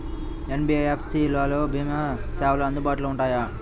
NBFC లలో భీమా సేవలు అందుబాటులో ఉంటాయా?